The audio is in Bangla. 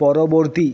পরবর্তী